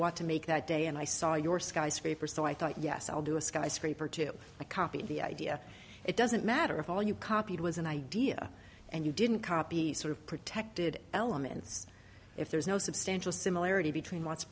what to make that day and i saw your skyscraper so i thought yes i'll do a skyscraper to copy the idea it doesn't matter if all you copied was an idea and you didn't copy sort of protected elements if there's no substantial similarity between